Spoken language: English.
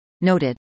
noted